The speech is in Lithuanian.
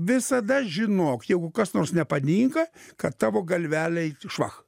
visada žinok jeigu kas nors nepatinka kad tavo galvelei švach